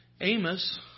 Amos